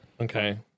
Okay